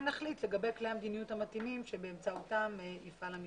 נחליט לגבי כלי המדיניות המתאימים באמצעותם יפעל המשרד.